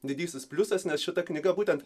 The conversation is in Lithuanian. didysis pliusas nes šita knyga būtent